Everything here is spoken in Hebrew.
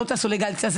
לא תעשו לגליזציה,